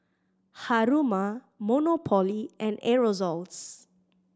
Haruma Monopoly and Aerosoles